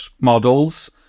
models